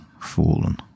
fallen